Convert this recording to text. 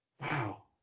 Wow